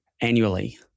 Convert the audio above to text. annually